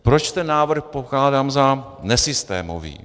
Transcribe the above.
Proč ten návrh pokládám za nesystémový?